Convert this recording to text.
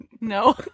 No